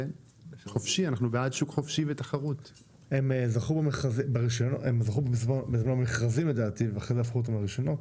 הם זכו בזמנו במכרזים לדעתי ואחרי זה הפכו אותם לרישיונות,